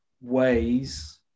ways